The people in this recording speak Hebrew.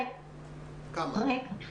רגע, רגע.